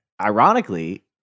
ironically